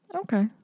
okay